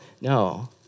no